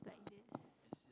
it's like this